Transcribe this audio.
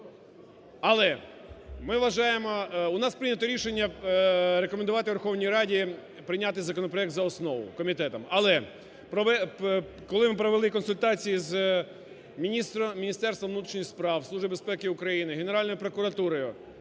Але, ми вважаємо, у нас прийнято рішення, рекомендувати Верховній Раді прийняти законопроект за основу, комітетом. Але коли ми провели консультації з Міністерством внутрішніх справ, Службою безпеки України Генеральною прокуратурою,